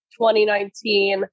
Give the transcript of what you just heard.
2019